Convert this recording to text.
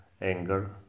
anger